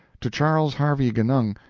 to charles harvey genung,